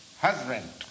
husband